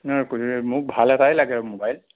মোক ভাল এটাই লাগে মোবাইল